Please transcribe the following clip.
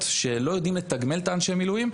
שלא יודעים לתגמל את אנשי המילואים,